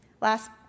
Last